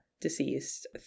deceased